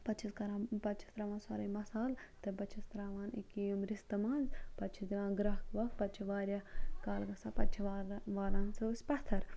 پَتہٕ چھِ أسۍ کَران پَتہٕ چھِ أسۍ ترٛاوان سورُے مصالہٕ تَمہِ پَتہٕ چھِ أسۍ ترٛاوان أکیٛاہ یِم رِستہٕ منٛز پَتہٕ چھِس دِوان گَرٮ۪کھ وٮ۪کھ پَتہٕ چھِ واریاہ کال گژھان پَتہٕ چھِ والا والان سُہ أسۍ پَتھَر